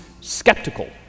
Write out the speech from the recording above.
skeptical